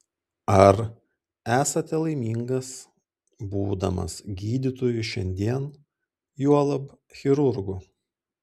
ar esate laimingas būdamas gydytoju šiandien juolab chirurgu